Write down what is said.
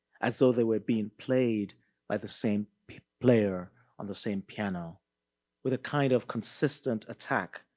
as though they were being played by the same player on the same piano with a kind of consistent attack,